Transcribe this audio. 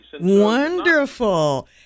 Wonderful